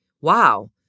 wow